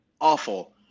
awful